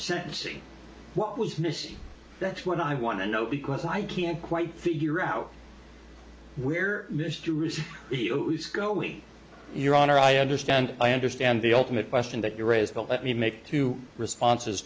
sentencing what was missing that's what i want to know because i can't quite figure out where mister go we your honor i understand i understand the ultimate question that you raised let me make two responses